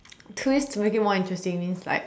twist to make it more interesting means like